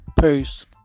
Peace